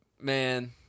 man